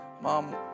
Mom